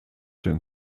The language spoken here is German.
den